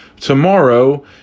tomorrow